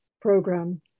program